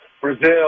Brazil